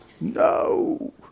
No